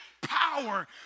power